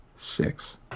Six